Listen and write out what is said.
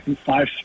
five